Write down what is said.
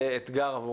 ככל שאני אצליח.